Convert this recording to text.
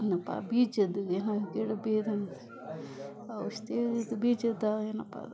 ಏನಪ್ಪ ಬೀಜದ್ದು ಏನು ಗಿಡ ಔಷಧಿ ಬೀಜದ್ದು ಏನಪ್ಪ ಅದು